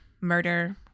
Murder